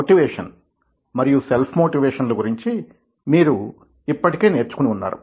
motivation మరియు self motivation ల గురించి మీరు ఇప్పటికే నేర్చుకుని వున్నారు